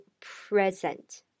present